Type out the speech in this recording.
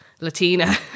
Latina